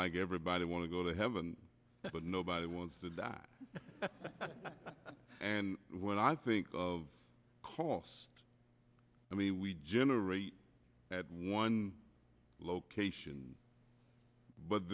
like everybody want to go to heaven but nobody wants to do that and when i think of cost i mean we generate at one location but